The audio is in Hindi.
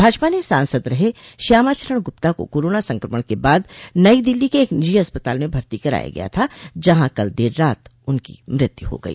भाजपा से सांसद रहे श्यामाचरण गुप्ता को कोरोना संक्रमण के बाद नई दिल्ली के एक निजी अस्पताल में भर्ती कराया गया था जहां कल देर रात उनकी मृत्यु हो गई